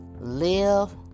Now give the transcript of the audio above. live